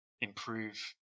improve